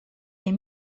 est